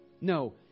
No